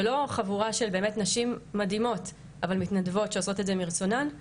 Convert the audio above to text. ולא חבורה של באמת נשים מדהימות אבל מתנדבות שעושות את זה מרצונן,